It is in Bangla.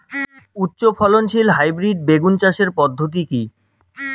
উচ্চ ফলনশীল হাইব্রিড বেগুন চাষের পদ্ধতি কী?